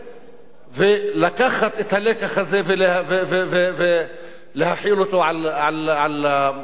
ולקחת את הלקח הזה ולהחיל אותו על מערכת החינוך.